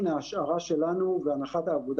הדיון הראשון הבוקר יעסוק בנושא שמונח על השולחן הלאומי,